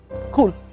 cool